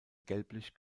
gelblich